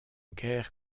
guerre